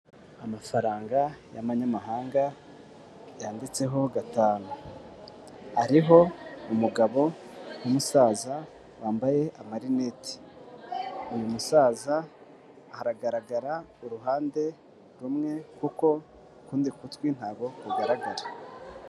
Amafaranga y'amanyamahanga, yanditseho gatanu, ariho umugabo w'umusaza wambaye amarineti. Uyu musaza aragaragara uruhande rumwe, kuko ukundi gutwi ntabwo kugaragara.